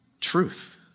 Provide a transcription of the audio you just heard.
truth